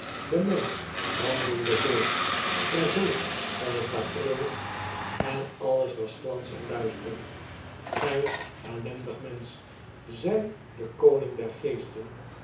de mensch wandelde voort vervuld van het tafereel en alles was glans en luister gij ellendig mensch zei de